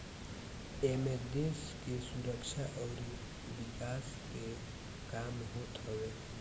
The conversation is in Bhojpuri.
एमे देस के सुरक्षा अउरी विकास के काम होत हवे